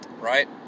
right